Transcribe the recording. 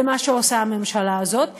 ומה שהממשלה הזאת עושה.